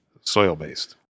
soil-based